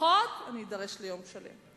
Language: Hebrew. לפחות אני אדרש ליום שלם.